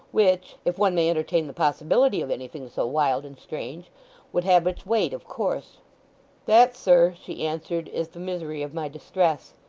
which if one may entertain the possibility of anything so wild and strange would have its weight, of course that, sir she answered, is the misery of my distress.